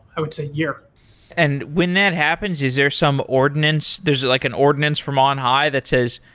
i would say year and when that happens, is there some ordinance, there's like an ordinance from on high that says,